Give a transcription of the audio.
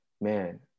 man